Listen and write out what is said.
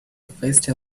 feisty